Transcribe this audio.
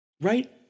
Right